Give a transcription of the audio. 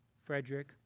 Frederick